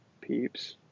peeps